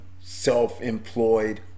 self-employed